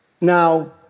Now